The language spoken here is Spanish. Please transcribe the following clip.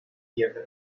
pierde